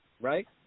right